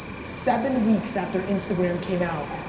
seven weeks after instagram came out,